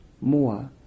more